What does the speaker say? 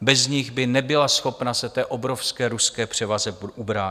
Bez nich by nebyla schopna se té obrovské ruské převaze ubránit.